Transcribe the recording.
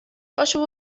پاشو